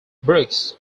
brooks